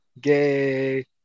Gay